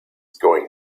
going